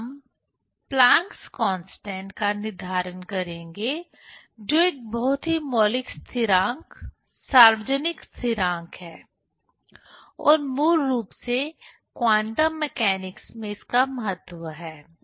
फिर हम Planck's constant Planck's constant का निर्धारण करेंगे जो एक बहुत ही मौलिक स्थिरांक सार्वजनीन स्थिरांक है और मूल रूप से क्वांटम मैकेनिकस में इसका महत्व है